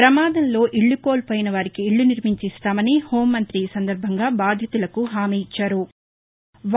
ప్రమాదంలో ఇళ్లు కోల్పోయిన వారికి ఇళ్లు నిర్మించి ఇస్తామని హోమంగ్రి ఈ సందర్భంగా బాధితులకు హామీ ఇచ్చారు